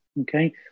okay